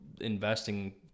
investing